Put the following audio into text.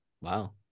wow